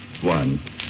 One